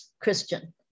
Christian